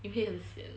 你会很 sian